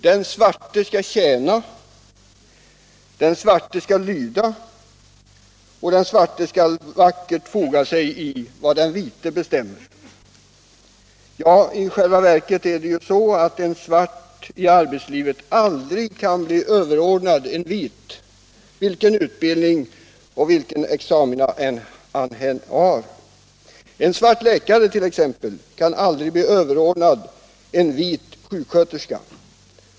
Den svarte skall tjäna, den svarte skall lyda, den svarte skall vackert foga sig i vad den vite bestämmer. Ja, i själva verket är det så att en svart i arbetslivet aldrig kan bli överordnad en vit, vilken utbildning och vilka examina han än har. En svart läkare t.ex. kan aldrig bli överordnad en vit sjuksköterska.